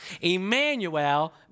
Emmanuel